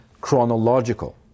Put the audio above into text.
chronological